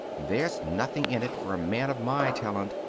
there's nothing in it for a man of my talent.